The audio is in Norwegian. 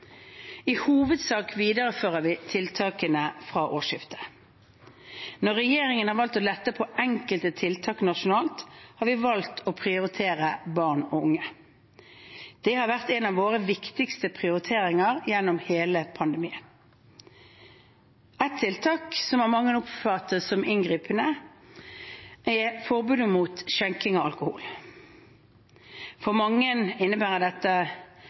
I hovedsak viderefører vi tiltakene fra årsskiftet. Når regjeringen har valgt å lette litt på enkelte tiltak nasjonalt, har vi valgt å prioritere barn og unge. Det har vært en av våre viktigste prioriteringer gjennom hele pandemien. Et tiltak som av mange oppfattes som inngripende, er forbudet mot skjenking av alkohol. For mange innebærer dette